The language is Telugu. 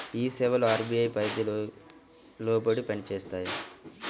ఈ సేవలు అర్.బీ.ఐ పరిధికి లోబడి పని చేస్తాయా?